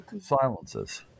silences